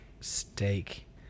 steak